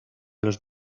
los